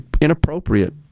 inappropriate